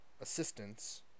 assistance